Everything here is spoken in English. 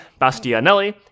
Bastianelli